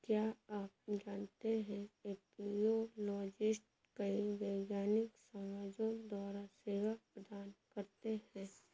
क्या आप जानते है एपियोलॉजिस्ट कई वैज्ञानिक समाजों द्वारा सेवा प्रदान करते हैं?